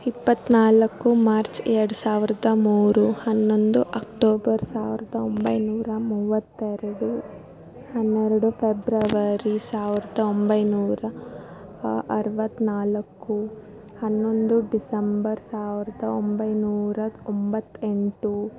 ಇಪ್ಪತ್ತ್ನಾಲ್ಕು ಮಾರ್ಚ್ ಎರ್ಡು ಸಾವಿರ್ದ ಮೂರು ಹನ್ನೊಂದು ಅಕ್ಟೋಬರ್ ಸಾವಿರ್ದ ಒಂಬೈನೂರ ಮೂವತ್ತೆರಡು ಹನ್ನೆರಡು ಫೆಬ್ರವರಿ ಸಾವಿರ್ದ ಒಂಬೈನೂರ ಅರವತ್ತ್ನಾಲ್ಕು ಹನ್ನೊಂದು ಡಿಸೆಂಬರ್ ಸಾವಿರ್ದ ಒಂಬೈನೂರ ಒಂಬತ್ತು ಎಂಟು